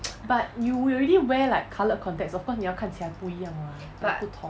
but you already wear like coloured contacts of course 你要看起来不一样 [what] 不同